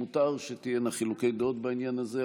מותר שיהיו חילוקי דעות בעניין הזה,